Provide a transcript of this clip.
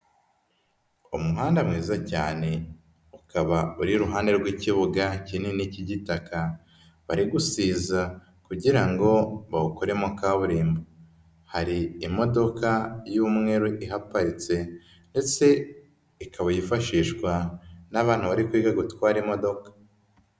Umuhanda mwiza cyane ukaba uri iruhande rw'ikibuga kinini k'igitaka bari gusiza kugira ngo bawukoremo kaburimbo. Hari imodoka y'umweru ihaparitse, ndetse ikaba yifashishwa n'abantu bari kwiga gutwara imodoka.